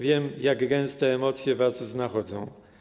Wiem, jak gęste emocje was nachodzą.